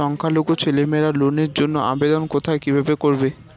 সংখ্যালঘু ছেলেমেয়েরা লোনের জন্য আবেদন কোথায় কিভাবে করবে?